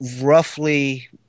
roughly